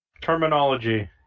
Terminology